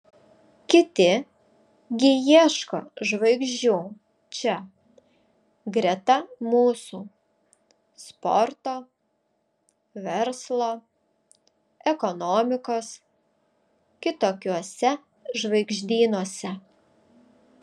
kiti gi ieško žvaigždžių čia greta mūsų sporto verslo ekonomikos kitokiuose žvaigždynuose